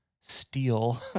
steal